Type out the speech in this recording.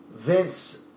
Vince